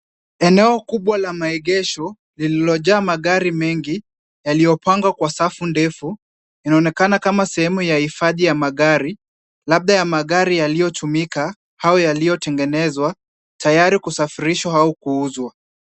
Eneo kubwa la maegesho, lililojaa magari mengi, yaliyopangwa kwa safu refu, yaonekana kama sehemu ya hifadhi ya magari, labda ya magari yaliyotumika au yaliyotengenezwa tayari kusafirishwa au kuuzwa.